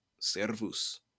servus